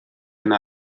yna